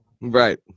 Right